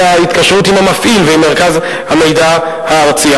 ההתקשרות עם המפעיל ועם מרכז המידע הארצי.